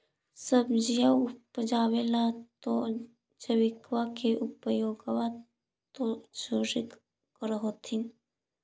सब्जिया उपजाबे ला तो जैबिकबा के उपयोग्बा तो जरुरे कर होथिं?